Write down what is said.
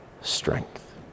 strength